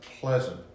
pleasant